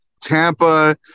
Tampa